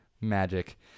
magic